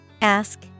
Ask